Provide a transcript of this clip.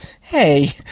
Hey